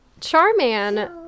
Charman